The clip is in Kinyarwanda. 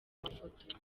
mafoto